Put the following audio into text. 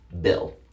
Bill